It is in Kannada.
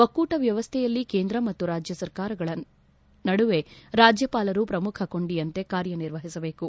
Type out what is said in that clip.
ಒಕ್ಕೂಟ ವ್ಯವಸ್ಥೆಯಲ್ಲಿ ಕೇಂದ್ರ ಮತ್ತು ರಾಜ್ಯ ಸರ್ಕಾರಗಳ ನಡುವೆ ರಾಜ್ಯಪಾಲರು ಪ್ರಮುಖ ಕೊಂಡಿಯಂತೆ ಕಾರ್ಯ ನಿರ್ವಹಿಸಬೇಕು